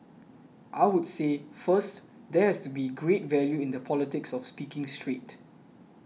I would say first there has to be great value in the politics of speaking straight